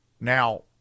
Now